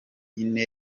ine